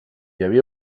havia